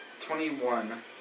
Twenty-one